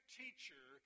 teacher